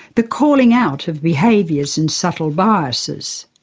the calling out of behaviours and subtle biases.